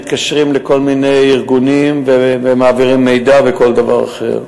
מתקשרים לכל מיני ארגונים ומעבירים מידע וכל דבר אחר.